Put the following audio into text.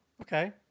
okay